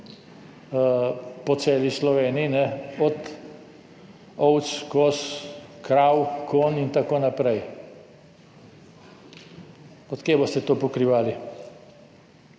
po celi Sloveniji, od ovc, koz, krav, konj in tako naprej. Od kje boste to pokrivali?